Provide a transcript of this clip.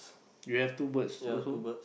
you have two birds also